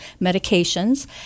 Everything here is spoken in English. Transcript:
medications